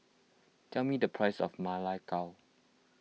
tell me the price of Ma Lai Gao